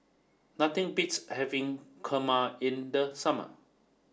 nothing beats having Kurma in the summer